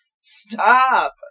stop